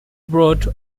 brought